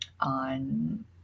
on